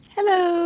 Hello